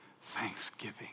thanksgiving